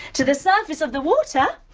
to the surface of the water,